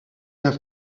have